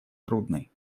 трудной